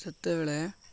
ସତେବେଳେ